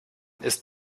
ist